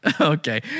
Okay